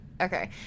okay